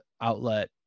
outlet